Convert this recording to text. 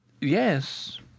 Yes